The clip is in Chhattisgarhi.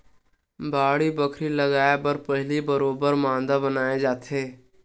बाड़ी बखरी लगाय बर पहिली बरोबर मांदा बनाए जाथे